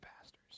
pastors